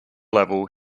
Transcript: level